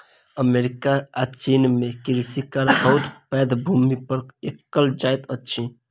America आ चीन में कृषि कार्य बहुत पैघ भूमि पर कएल जाइत अछि